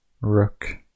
rook